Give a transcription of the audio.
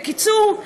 בקיצור,